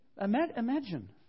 Imagine